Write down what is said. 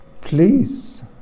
please